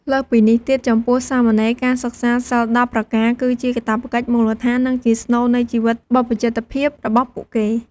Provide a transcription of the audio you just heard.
លើសពីនេះទៀត ចំពោះសាមណេរ ការរក្សា សីល ១០ ប្រការ គឺជាកាតព្វកិច្ចមូលដ្ឋាន និងជាស្នូលនៃជីវិតបព្វជិតភាពរបស់ពួកគេ។